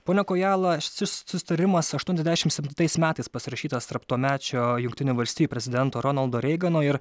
pone kojala šis susitarimas aštuoniasdešimt septintais metais pasirašytas tarp tuomečio jungtinių valstijų prezidento ronaldo reigano ir